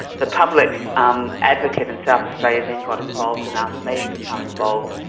the public um advocate in south australia then got involved and asked me to become involved.